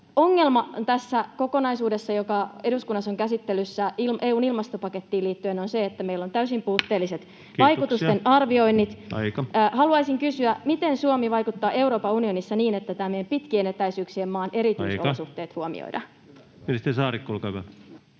Ongelma tässä kokonaisuudessa, joka eduskunnassa on käsittelyssä EU:n ilmastopakettiin liittyen, on se, että meillä on täysin puutteelliset vaikutusten arvioinnit. [Puhemies huomauttaa ajasta] Haluaisin kysyä: miten Suomi vaikuttaa Euroopan unionissa niin, että tämän meidän pitkien etäisyyksien maan erityisolosuhteet huomioidaan? [Speech 52] Speaker: